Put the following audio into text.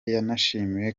yashimiwe